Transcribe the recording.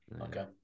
okay